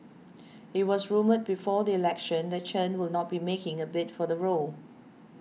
it was rumoured before the election that Chen will not be making a bid for the role